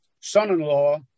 son-in-law